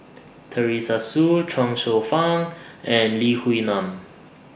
Teresa Hsu Chuang Hsueh Fang and Lee Wee Nam